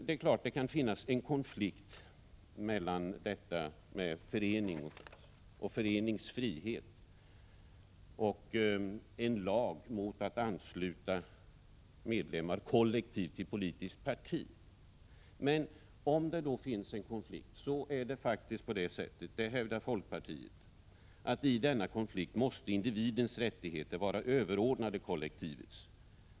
Det kan finnas en konflikt mellan föreningsfrihet och en lag mot att ansluta medlemmar kollektivt till politiskt parti. Finns det en konflikt måste, det hävdar folkpartiet, individens rättigheter i denna konflikt vara överordnade kollektivets.